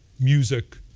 music,